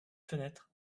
fenêtre